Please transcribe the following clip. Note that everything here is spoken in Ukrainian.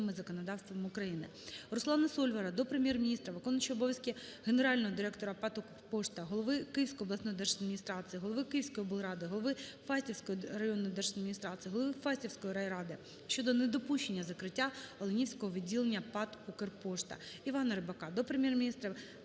РусланаСольвара до Прем'єр-міністра, виконуючого обов'язки генерального директора ПАТ "Укрпошта", голови Київської обласної держадміністрації, голови Київської облради, голови Фастівської районної держадміністрації, голови Фастівської райради щодо недопущення закриття Оленівського відділення ПАТ "Укрпошта". Івана Рибака до Прем'єр-міністра,